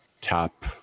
Tap